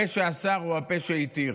הפה שאסר הוא הפה שהתיר.